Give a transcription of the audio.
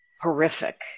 horrific